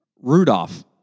Rudolph